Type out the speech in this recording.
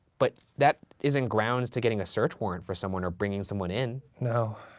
but that isn't grounds to getting a search warrant for someone or bringing someone in. no.